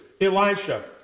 Elisha